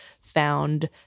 found